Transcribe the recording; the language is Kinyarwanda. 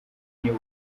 niba